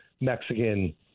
Mexican